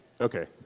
okay